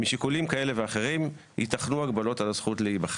משיקולים כאלה ואחרים ייתכנו הגבלות על הזכות להיבחר.